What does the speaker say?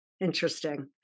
Interesting